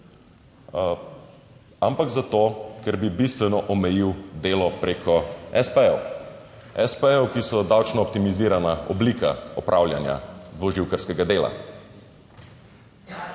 ampak zato, ker bi bistveno omejil delo preko espejev, espejev, ki so davčno optimizirana oblika opravljanja dvoživkarskega dela.